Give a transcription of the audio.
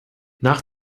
nach